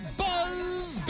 buzz